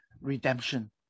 Redemption